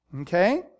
Okay